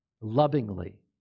lovingly